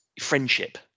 friendship